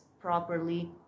properly